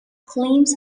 claims